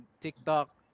TikTok